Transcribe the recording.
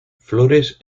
flores